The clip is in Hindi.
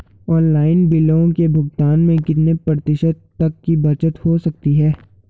ऑनलाइन बिलों के भुगतान में कितने प्रतिशत तक की बचत हो सकती है?